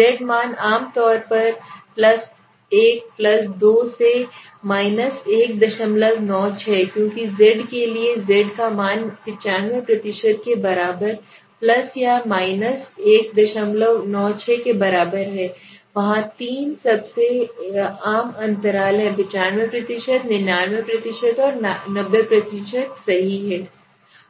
z मान आम तौर पर 1 2 से 196 क्योंकि z के लिए z का मान 95 प्रतिशत के बराबर या 196 के बराबर है वहाँ तीन सबसे आम अंतराल है 95 99 और 90 ठीक है